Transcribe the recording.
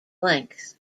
length